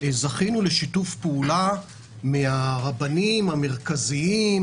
זכינו לשיתוף פעולה מהרבנים המרכזיים,